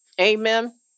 Amen